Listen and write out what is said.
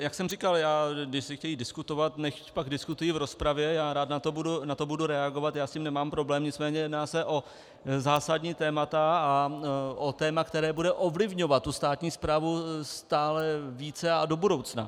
Jak jsem říkal, jestli chtějí diskutovat, nechť pak diskutují v rozpravě, rád na to budu reagovat, já s tím nemám problém, nicméně jedná se o zásadní témata a o téma, které bude ovlivňovat státní správu stále více a do budoucna.